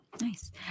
nice